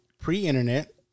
pre-internet